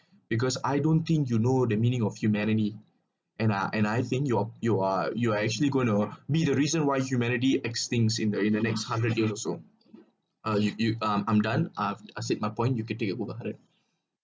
because I don't think you know the meaning of humanity and uh and I think you are you are you are actually going to meet the reason why humanity extinct in the in the next hundred years also uh you you uh I'm done uh as it my point you can take it over haren